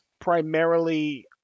primarily